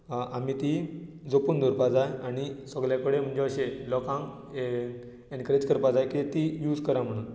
आमी ती जपून दवरपाक जाय आनी सगळे कडेन म्हणजे अशें लोकांक एन्करेज करपाक जाय की ती यूझ करा म्हणून